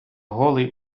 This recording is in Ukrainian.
голий